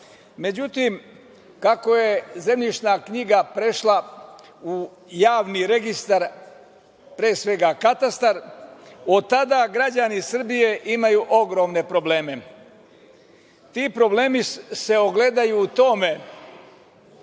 ne.Međutim, kako je zemljišna knjiga prešla u javni registar, pre svega, katastar, od tada građani Srbije imaju ogromne probleme. Ti problemi se ogledaju u tome